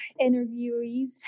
interviewees